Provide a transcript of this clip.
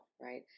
right